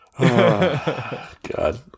God